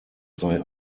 drei